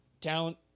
Talent